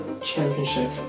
championship